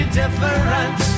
different